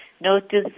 notice